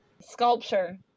Sculpture